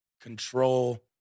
Control